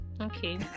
okay